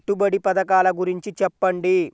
పెట్టుబడి పథకాల గురించి చెప్పండి?